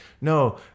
No